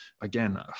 Again